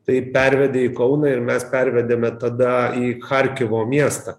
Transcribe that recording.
tai pervedė į kauną ir mes pervedėme tada į charkivo miestą